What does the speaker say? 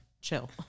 Chill